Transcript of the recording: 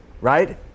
right